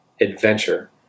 adventure